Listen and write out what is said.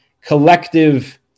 collective